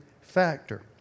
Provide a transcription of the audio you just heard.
factor